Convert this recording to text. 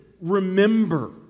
remember